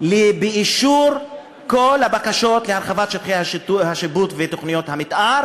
אישור כל הבקשות להרחבת שטחי השיפוט ותוכניות המתאר